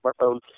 smartphone